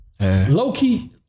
low-key